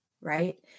right